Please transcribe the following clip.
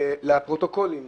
לפרוטוקולים,